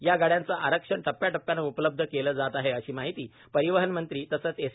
या गाड्यांचे आरक्षण टप्प्याटप्प्यानं उपलब्ध केले जात आहे अशी माहिती परिवहन मंत्री तसेच एस